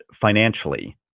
financially